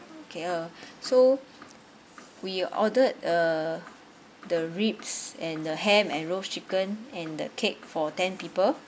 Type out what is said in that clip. okay uh so we ordered uh the ribs and the ham and roast chicken and the cake for ten people